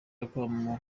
akamo